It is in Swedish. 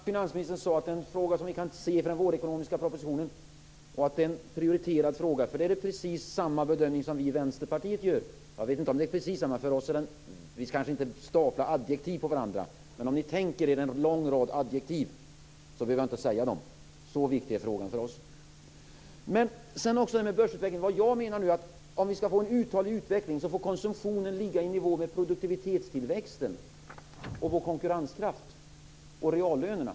Fru talman! Det var värdefullt att finansministern sade det här är en fråga som vi kan se i den vårekonomiska propositionen och att det är en prioriterad fråga. Det är precis samma bedömning som vi i Vänsterpartiet gör, jag vet inte om det är precis samma. Vi ska kanske inte stapla adjektiv på varandra, men om ni tänker er en lång rad adjektiv så behöver jag inte säga dem. Så viktig är frågan för oss. Sedan till det här med börsutvecklingen. Vad jag menar är att om vi nu ska få en uthållig utveckling så får konsumtionen ligga i nivå med produktivitetstillväxten, vår konkurrenskraft och reallönerna.